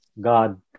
God